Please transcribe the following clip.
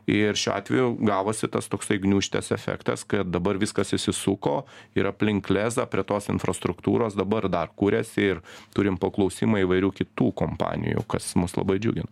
ir šiuo atveju gavosi tas toksai gniūžtės efektas kad dabar viskas įsisuko ir aplink lezą prie tos infrastruktūros dabar dar kuriasi ir turim paklausimą įvairių kitų kompanijų kas mus labai džiugina